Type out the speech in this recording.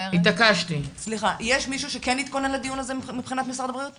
יש מישהו שכן התכונן לדיון הזה מבחינת משרד הבריאות?